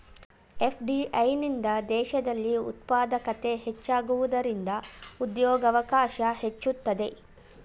FDI ನಿಂದ ದೇಶದಲ್ಲಿ ಉತ್ಪಾದಕತೆ ಹೆಚ್ಚಾಗುವುದರಿಂದ ಉದ್ಯೋಗವಕಾಶ ಹೆಚ್ಚುತ್ತದೆ